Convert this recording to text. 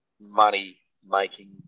money-making